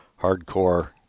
hardcore